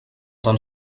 tan